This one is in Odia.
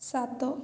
ସାତ